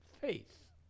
faith